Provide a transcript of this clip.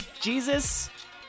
Jesus